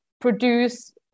produce